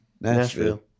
Nashville